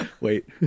wait